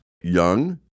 young